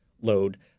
load